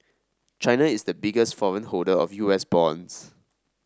china is the biggest foreign holder of U S bonds